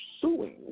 suing